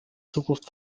zukunft